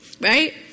right